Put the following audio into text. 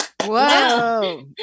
whoa